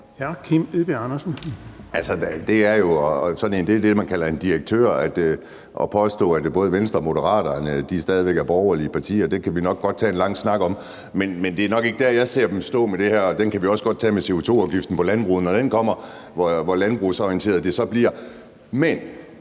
det er det, man kalder en gratis omgang, altså at påstå, at både Venstre og Moderaterne stadig væk er borgerlige partier. Det kan vi nok godt tage en lang snak om, men det er nok ikke der, jeg ser dem stå i forhold til det her, og vi kan nok også godt tage den i forhold til CO2-afgiften på landbruget, når den kommer, og se på, hvor landbrugsorienteret det så bliver.